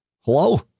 Hello